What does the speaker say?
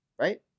right